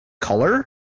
color